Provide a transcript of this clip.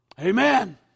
Amen